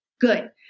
Good